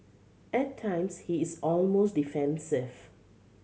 at times he is almost defensive